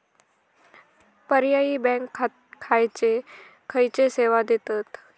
पर्यायी बँका खयचे खयचे सेवा देतत?